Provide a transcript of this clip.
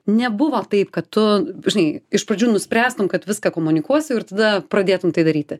nebuvo taip kad tu žinai iš pradžių nuspręstum kad viską komunikuosiu ir tada pradėtum tai daryti